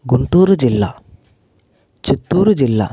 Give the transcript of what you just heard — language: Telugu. గుంటూరు జిల్లా చిత్తూరు జిల్లా